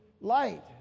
light